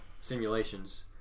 simulations